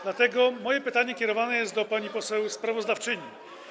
Dlatego moje pytanie kierowane jest do pani poseł sprawozdawczyni.